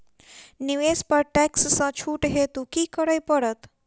निवेश पर टैक्स सँ छुट हेतु की करै पड़त?